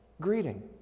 greeting